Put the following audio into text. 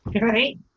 right